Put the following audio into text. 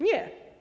Nie.